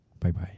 Bye-bye